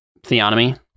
theonomy